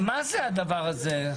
מה זה הדבר הזה?